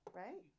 right